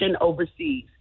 overseas